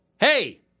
Hey